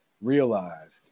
realized